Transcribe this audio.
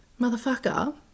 Motherfucker